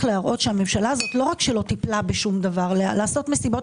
להראות שהממשלה הזו לא רק שלא טיפלה בשום דבר לעשות מסיבות